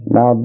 Now